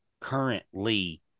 currently